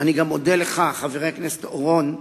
אני גם מודה לך, חבר הכנסת אורון,